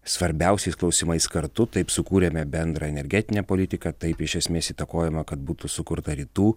svarbiausiais klausimais kartu taip sukūrėme bendrą energetinę politiką taip iš esmės įtakojama kad būtų sukurta rytų